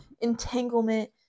entanglement